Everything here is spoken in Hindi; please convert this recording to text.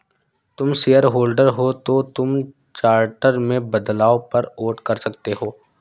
तुम शेयरहोल्डर हो तो तुम चार्टर में बदलाव पर वोट कर सकते हो